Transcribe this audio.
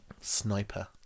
Sniper